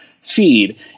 feed